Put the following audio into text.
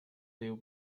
leave